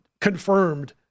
confirmed